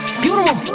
funeral